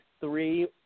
three